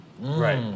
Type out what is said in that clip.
right